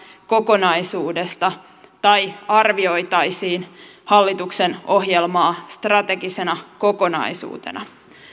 kokonaisuudesta tai arvioitaisiin hallituksen ohjelmaa strategisena kokonaisuutena